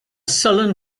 sullen